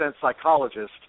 psychologist